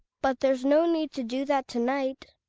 but there's no need to do that to-night.